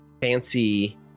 fancy